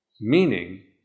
meaning